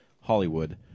Hollywood